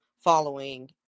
following